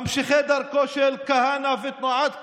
ממשיכי דרכו של כהנא ותנועת כך,